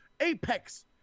apex